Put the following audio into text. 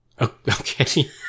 Okay